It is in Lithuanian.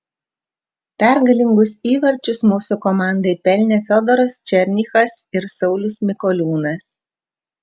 pergalingus įvarčius mūsų komandai pelnė fiodoras černychas ir saulius mikoliūnas